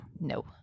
No